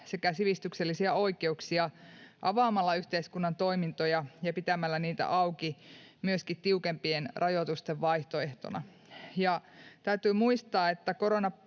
sekä sivistyksellisiä oikeuksia avaamalla yhteiskunnan toimintoja ja pitämällä niitä auki myöskin tiukempien rajoitusten vaihtoehtona. Täytyy muistaa, että koronapassi